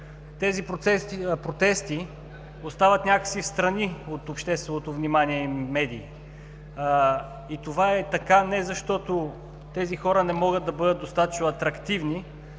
Тези протести остават някак си встрани от общественото внимание и медии. Това е така, не защото тези хора не могат да бъдат достатъчно атрактивни,